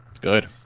Good